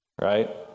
right